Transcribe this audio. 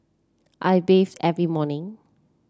I bathe every morning